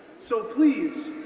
so please,